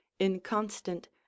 inconstant